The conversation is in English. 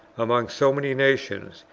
among so many nations,